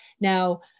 Now